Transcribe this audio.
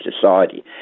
society